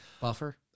buffer